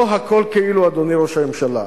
לא הכול כאילו, אדוני ראש הממשלה.